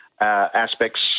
aspects